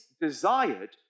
desired